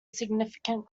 significant